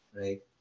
right